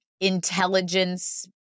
intelligence